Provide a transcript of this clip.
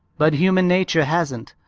but human nature hasn't.